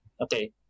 okay